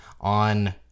on